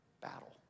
battle